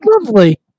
Lovely